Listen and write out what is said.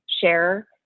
share